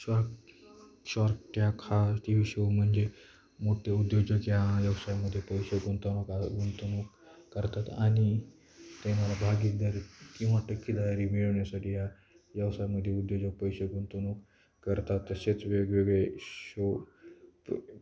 shark shark tank हा TV show म्हणजे मोठे उद्योजक या व्यवसायामध्ये पैसे गुंतवणूक गुंतवणूक करतात आणि त्यांना भागीदारी किंवा टक्केदारी मिळवण्यासाठी या व्यवसायामध्ये उद्योजक पैसे गुंतवणूक करतात तसेच वेगवेगळे शो